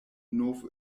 nov